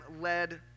led